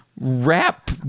rap